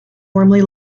warmly